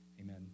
amen